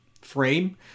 frame